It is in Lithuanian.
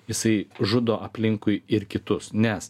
jisai žudo aplinkui ir kitus nes